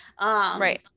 Right